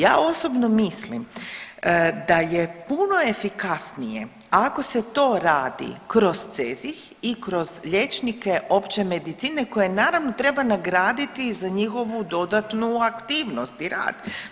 Ja osobno mislim da je puno efikasnije ako se to radi kroz CEZIH i kroz liječnike opće medicine koje naravno treba nagraditi za njihovu dodatnu aktivnost i rad.